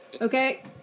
Okay